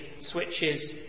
switches